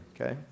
okay